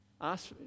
ask